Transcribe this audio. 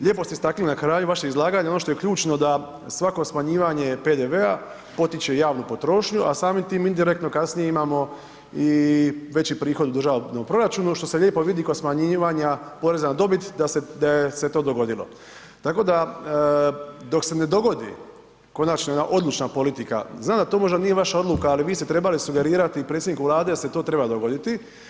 Lijepo ste istakli na kraju vaše izlaganje, ono što je ključno da, svako smanjivanje PDV-a potiče javnu potrošnju, a samim tim indirektno kasnije imamo i veći prihod u državnom proračunu, što se lijepo vidi kod smanjivanja poreza na dobit da se to dogodilo, tako da, dok se ne dogodi konačno jedna odlučna politika, znam da to možda nije vaša odluka, ali vi ste trebali sugerirati predsjedniku Vlade da se to treba dogoditi.